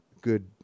good